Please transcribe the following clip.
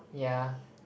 ya